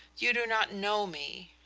you do not know me.